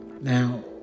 Now